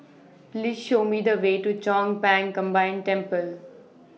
Please Show Me The Way to Chong Pang Combined Temple